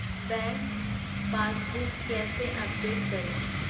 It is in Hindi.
बैंक पासबुक कैसे अपडेट करें?